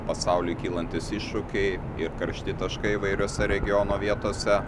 pasauliui kylantys iššūkiai ir karšti taškai įvairiose regiono vietose